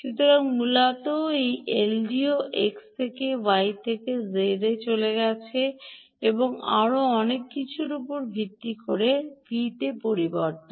সুতরাং মূলত এই এলডিও x থেকে y থেকে z তে চলছে এবং আরও অনেক কিছু উপর ভিত্তি করে হয় V তে পরিবর্তন